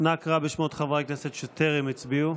נא לקרוא בשמות חברי הכנסת שלא נכחו.